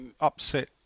upset